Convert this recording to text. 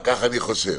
כך אני חושב.